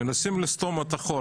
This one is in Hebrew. מנסים לסתום את החור.